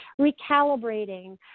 recalibrating